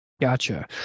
Gotcha